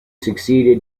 succeeded